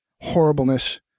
horribleness